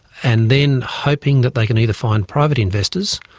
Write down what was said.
and then hoping that they can either find private investors,